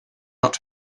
not